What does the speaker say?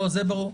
זה ברור.